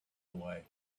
away